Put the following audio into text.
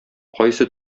кайсы